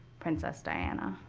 princess diana.